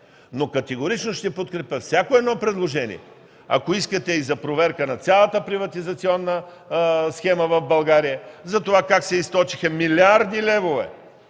Но категорично ще подкрепя всяко едно предложение, ако искате и за проверка на цялата приватизационна схема в България, затова как се източиха милиарди левове